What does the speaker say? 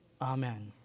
Amen